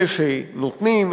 אלה שנותנים,